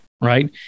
right